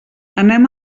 anem